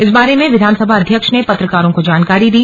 इस बारे में विधानसभा अध्यक्ष ने पत्रकारों को जानकारी दी